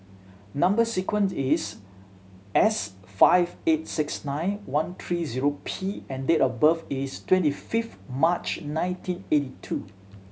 number sequence is S five eight six nine one three zero P and date of birth is twenty fifth March nineteen eighty two